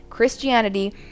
Christianity